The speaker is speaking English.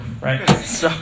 right